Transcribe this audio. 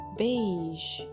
beige